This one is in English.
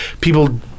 people